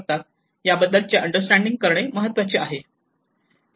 याबद्दलचे अंडरस्टँडिंग करणे महत्त्वाचे आहे